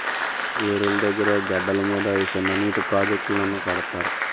ఏరుల దగ్గిర గెడ్డల మీద ఈ సిన్ననీటి ప్రాజెట్టులను కడతారు